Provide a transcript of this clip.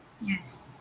Yes